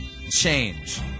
change